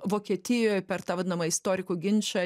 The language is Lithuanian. vokietijoj per tą vadinamą istorikų ginčą